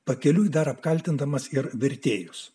pakeliui dar apkaltindamas ir vertėjus